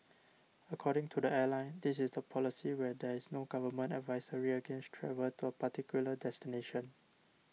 according to the airline this is the policy when there is no government advisory against travel to a particular destination